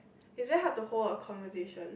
is very hard to hold a conversation